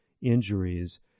injuries